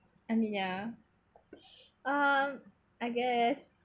I mean yeah um I guess